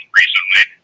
recently